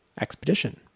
expedition